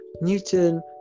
Newton